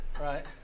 right